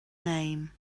name